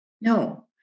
no